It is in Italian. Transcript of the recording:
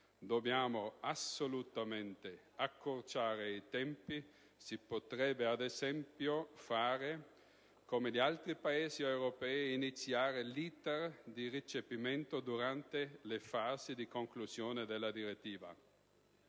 Dobbiamo assolutamente accorciare i tempi; si potrebbe ad esempio, come fanno gli altri Paesi europei, iniziare l'*iter* di recepimento durante le fasi di conclusione della direttiva.